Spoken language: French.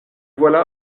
voilà